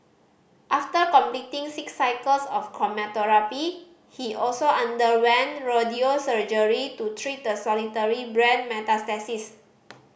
after completing six cycles of chemotherapy he also underwent radio surgery to treat the solitary brain metastasis